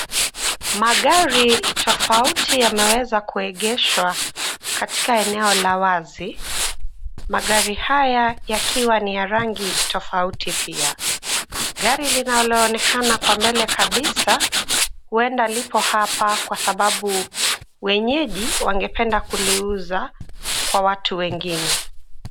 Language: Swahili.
Magari tofauti yameweza kuegeshwa katika eneo la wazi. Magari haya yakiwa ni ya rangi tofauti pia. Gari linaloonekana kwa mbele kabisa huenda lipo hapa kwa sababu wenyeji wangependa kuliuza kwa watu wengine.